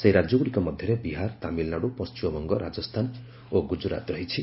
ସେହି ରାଜ୍ୟଗୁଡ଼ିକ ମଧ୍ୟରେ ବିହାର ତାମିଲନାଡ଼ୁ ପଣ୍ଟିମବଙ୍ଗ ରାଜସ୍ଥାନ ଓ ଗ୍ରଜରାତ ରହିଛି